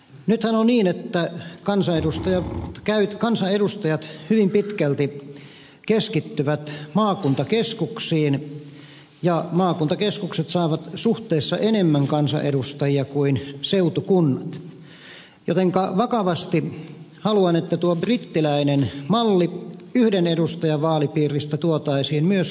nythän on niin että kansanedustajat hyvin pitkälti keskittyvät maakuntakeskuksiin ja maakuntakeskukset saavat suhteessa enemmän kansanedustajia kuin seutukunnat jotenka vakavasti haluan että tuo brittiläinen malli yhden edustajan vaalipiiristä tuotaisiin myös harkintaan